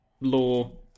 law